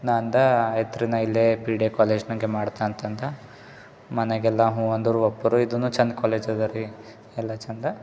ನಾ ಅಂದೇ ಆಯ್ತ್ ರೀ ನಾ ಇಲ್ಲೆ ಪಿಡೆ ಕಾಲೇಜ್ ನಂಗೆ ಮಾಡ್ತ ಅಂತಂತಾ ಮನ್ಯಾಗೆ ಎಲ್ಲ ಹ್ಞೂ ಅಂದರು ಒಪ್ರು ಇದೂ ಚಂದ ಕಾಲೇಜ್ ಅದರಿ ಎಲ್ಲ ಚಂದ